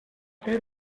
fer